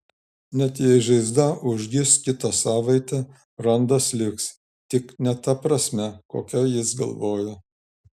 net jei žaizda užgis kitą savaitę randas liks tik ne ta prasme kokia jis galvoja